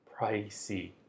Pricey